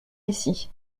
ici